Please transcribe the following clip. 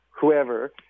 whoever